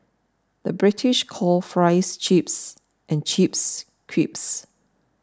the British calls Fries Chips and Chips Crisps